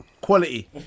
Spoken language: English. quality